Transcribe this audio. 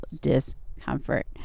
discomfort